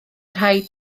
rhaid